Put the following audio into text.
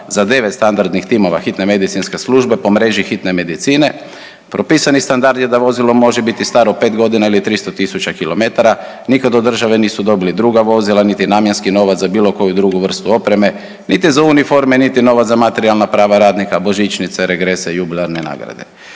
za 9 standardnih timova hitne medicinske službe po mreži hitne medicine. Propisani standard je da vozilo može biti staro 5 godina ili 300 tisuća km. Nikada od države nisu dobili druga vozila, niti namjenski novac za bilo koju drugu vrstu opreme, niti za uniforme, niti novac za materijalna prava radnika, božićnice, regrese i jubilarne nagrade.